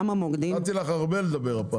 הפעם נתתי לך לדבר הרבה.